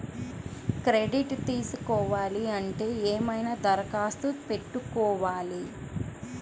Credit తీసుకోవాలి అంటే ఏమైనా దరఖాస్తు పెట్టుకోవాలా?